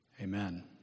amen